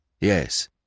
Yes